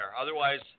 Otherwise